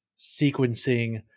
sequencing